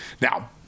Now